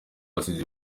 wasize